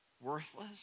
worthless